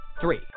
Three